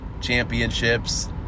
championships